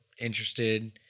interested